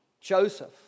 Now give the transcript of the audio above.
Joseph